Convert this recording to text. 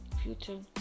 future